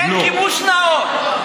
אין כיבוש נאור.